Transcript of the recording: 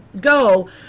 go